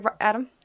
Adam